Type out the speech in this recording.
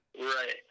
Right